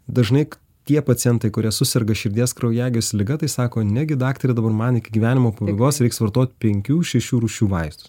dažnai tie pacientai kurie suserga širdies kraujagyslių liga tai sako negi daktare dabar man iki gyvenimo pabaigos reiks vartot penkių šešių rūšių vaistus